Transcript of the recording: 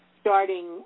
starting